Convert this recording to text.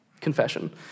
confession